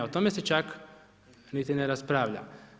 Ne, o tome se čak niti ne raspravlja.